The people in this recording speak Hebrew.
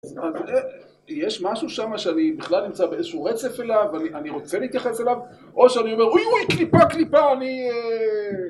יש משהו שם שאני בכלל נמצא באיזשהו רצף אליו, אני רוצה להתייחס אליו, או שאני אומר, אוי אוי, קליפה קליפה, אני...